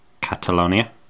Catalonia